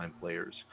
players